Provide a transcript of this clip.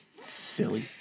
Silly